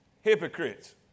hypocrites